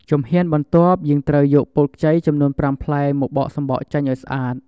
ជំហានបន្ទាប់ យើងត្រូវយកពោតខ្ចីចំនួន៥ផ្លែមកបកសំបកចេញឱ្យស្អាត។